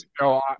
No